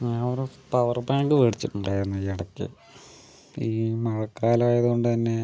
ഞാനൊരു power bank മേടിച്ചിട്ടുണ്ടായിരുന്നേ ഈ ഈ മഴക്കാലമായത് കൊണ്ട് തന്നെ